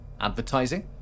Advertising